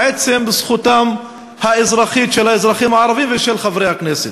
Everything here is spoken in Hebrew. זכותם האזרחית של האזרחים הערבים ושל חברי הכנסת.